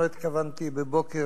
חבר הכנסת נסים זאב,